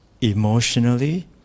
emotionally